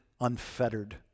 unfettered